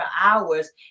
hours